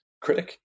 critic